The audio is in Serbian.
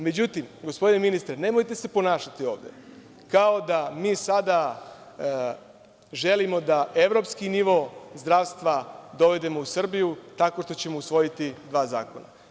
Međutim, gospodine ministre, nemojte se ponašati ovde kao da mi sada želimo da evropski nivo zdravstva dovedemo u Srbiju tako što ćemo usvojiti dva zakona.